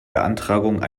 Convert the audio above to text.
beantragung